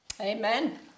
Amen